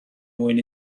mwyn